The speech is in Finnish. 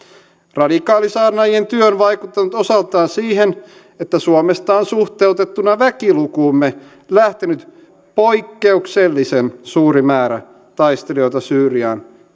radikaalisaarnaajien työ on vaikuttanut osaltaan siihen että suomesta on suhteutettuna väkilukuumme lähtenyt poikkeuksellisen suuri määrä taistelijoita syyriaan